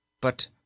But